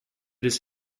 his